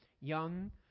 young